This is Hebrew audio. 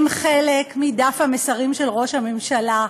הם חלק מדף המסרים של ראש הממשלה,